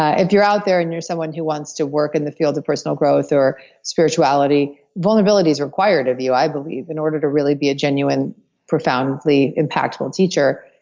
ah if you're out there and you're someone who wants to work in the field of personal growth or spirituality, vulnerability is required of you i believe. in order to really be a genuine profoundly impactful teacher,